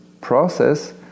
process